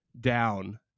down